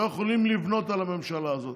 לא יכולים לבנות על הממשלה הזאת.